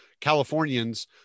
Californians